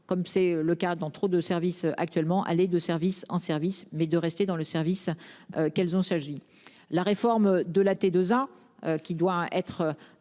comme c'est le cas dans trop de service actuellement. Aller de service en service, mais de rester dans le service. Quels ont s'agit la réforme de la T2A, qui doit être.